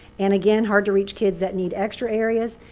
and again hard to reach kids that need extra areas.